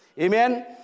Amen